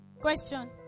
Question